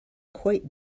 quite